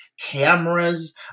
cameras